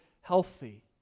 healthy